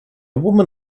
woman